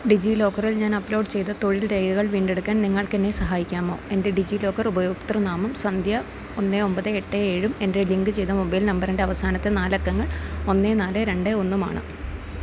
ഡിജിലോക്കറിൽ ഞാൻ അപ്ലോഡ് ചെയ്ത തൊഴിൽ രേഖകൾ വീണ്ടെടുക്കാൻ നിങ്ങൾക്കെന്നെ സഹായിക്കാമോ എൻ്റെ ഡിജിലോക്കർ ഉപയോക്തൃനാമം സന്ധ്യ ഒന്ന് ഒമ്പത് എട്ട് ഏഴും എൻ്റെ ലിങ്ക് ചെയ്ത മൊബൈൽ നമ്പറിൻ്റെ അവസാനത്തെ നാലക്കങ്ങൾ ഒന്ന് നാല് രണ്ട് ഒന്നുമാണ്